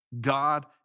God